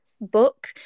book